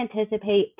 anticipate